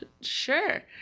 sure